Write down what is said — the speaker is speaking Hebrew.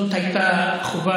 זאת הייתה חובה